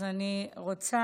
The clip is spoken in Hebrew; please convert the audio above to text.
אז אני רוצה,